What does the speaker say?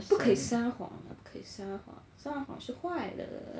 不可以撒谎不可以撒谎撒谎是坏的